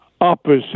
opposite